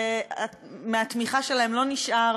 ומהתמיכה שלהם לא נשאר